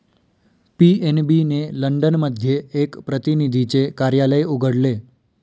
PNB ने London मध्ये एक प्रतिनिधीचे कार्यालय उघडले